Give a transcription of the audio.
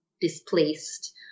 displaced